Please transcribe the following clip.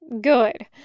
Good